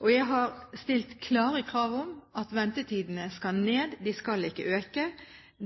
Og jeg har stilt klare krav om at ventetidene skal ned. De skal ikke øke.